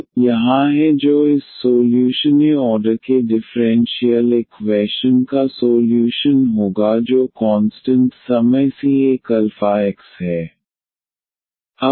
तो यहाँ zc1eαx है जो इस पसोल्यूशन े ऑर्डर के डिफ़्रेंशियल इक्वैशन का सोल्यूशन होगा जो कॉन्सटंट समय c 1 अल्फा x है